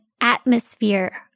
atmosphere